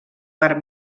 bar